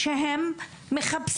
יכול להיות שאנחנו פחות מכשירים אותם לחיים